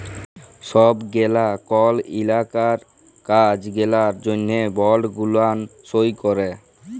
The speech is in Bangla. ছব গেলা কল ইলাকার কাজ গেলার জ্যনহে বল্ড গুলান সই ক্যরে